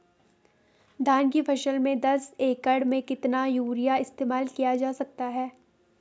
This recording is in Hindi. धान की फसल में दस एकड़ में कितना यूरिया इस्तेमाल किया जा सकता है?